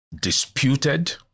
disputed